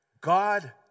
God